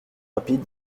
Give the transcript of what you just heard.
rapide